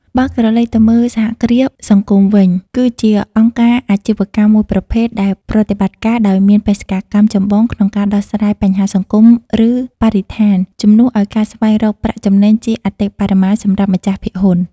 បើក្រឡេកទៅមើល សហគ្រាសសង្គមវិញ គឺជាអង្គការអាជីវកម្មមួយប្រភេទដែលប្រតិបត្តិការដោយមានបេសកកម្មចម្បងក្នុងការដោះស្រាយបញ្ហាសង្គម ឬបរិស្ថាន ជំនួសឱ្យការស្វែងរកប្រាក់ចំណេញជាអតិបរមាសម្រាប់ម្ចាស់ភាគហ៊ុន។